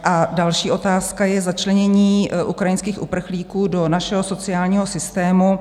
A další otázka je začlenění ukrajinských uprchlíků do našeho sociálního systému.